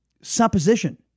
supposition